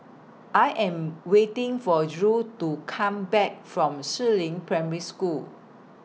I Am waiting For Drew to Come Back from Si Ling Primary School